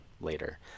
later